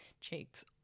cheeks